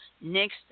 next